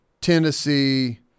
Tennessee